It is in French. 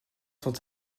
sont